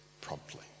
promptly